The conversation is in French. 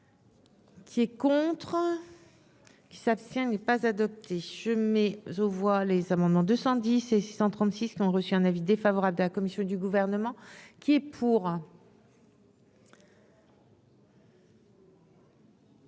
Qui est contre. Ouais. Qui s'abstient n'est pas adopté, je mets aux voix les amendements 210 et 636 qui ont reçu un avis défavorable de la commission du gouvernement qui est pour.